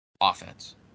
offense